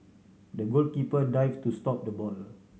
the goalkeeper dived to stop the ball